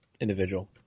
individual